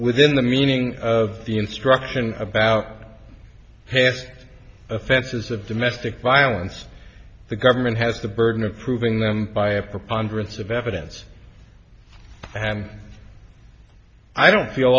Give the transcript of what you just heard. within the meaning of the instruction about past offenses of domestic violence the government has the burden of proving them by a preponderance of evidence and i don't feel